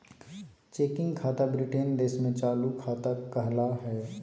checking खाता Britain देश में चालू खाता कहला हय